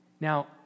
Now